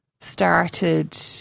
started